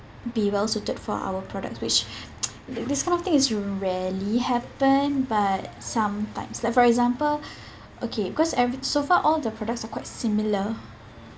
be well suited for our products which this kind of thing is rarely happen but sometimes like for example okay because every so far all the products are quite similar